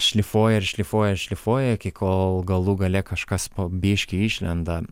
šlifuoja ir šlifuoja ir šlifuoja iki kol galų gale kažkas po biškį išlenda